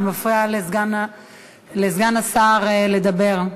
זה מפריע לסגן השר לדבר.